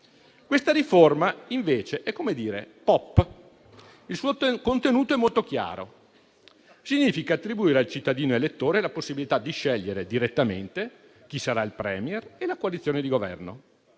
Questa riforma invece è - come dire - *pop*. Il suo contenuto è molto chiaro: significa attribuire al cittadino elettore la possibilità di scegliere direttamente chi sarà il *Premier* e la coalizione di Governo.